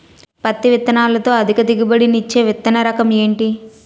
పత్తి విత్తనాలతో అధిక దిగుబడి నిచ్చే విత్తన రకం ఏంటి?